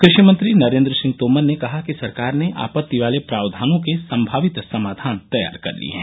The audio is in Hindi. कृषि मंत्री नरेन्द्र सिंह तोमर ने कहा कि सरकार ने आपत्ति वाले प्रावधानों के संभावित समाधान तैयार किए हैं